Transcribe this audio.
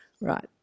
Right